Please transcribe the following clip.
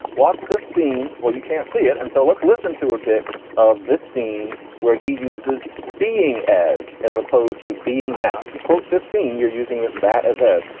what's this scene? well, you can't see it. and so let's listen to a bit of this scene where he uses being as as opposed to being mad if you quote this scene, you're using this bat, as is